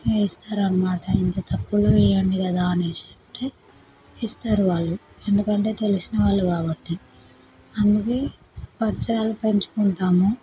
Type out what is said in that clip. ఇస్తారు అన్నామాట ఇంత తక్కువలో ఇవ్వండి కదా అనేసి ఇస్తారు వాళ్ళు ఎందుకంటే తెలిషినవాళ్ళు కాబట్టి అందుకే పరిచయాలు పెంచుకుంటాము